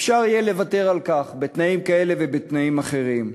אפשר יהיה לוותר על כך בתנאים כאלה ובתנאים אחרים,